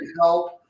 help